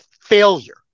failure